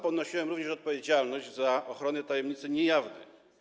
Ponosiłem również odpowiedzialność za ochronę tajemnicy niejawnej.